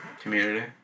Community